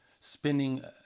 spending